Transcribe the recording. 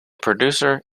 producer